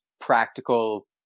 practical